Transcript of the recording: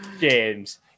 James